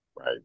Right